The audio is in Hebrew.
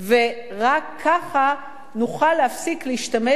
ורק ככה נוכל להפסיק להשתמש,